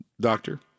Doctor